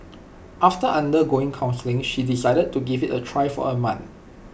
after undergoing counselling she decided to give IT A try for A month